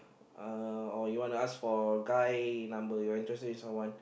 uh or you wana ask for a guy number you're interested in someone